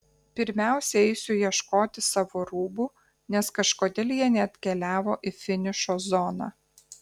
pirmiausia eisiu ieškoti savo rūbų nes kažkodėl jie neatkeliavo į finišo zoną